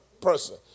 person